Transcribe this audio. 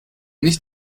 nicht